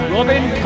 Robin